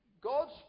God's